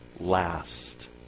last